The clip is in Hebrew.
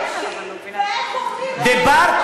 בהם כבמגן אנושי, אולי תיתני לי לדבר?